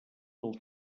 del